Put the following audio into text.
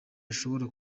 ishobora